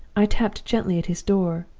i tapped gently at his door,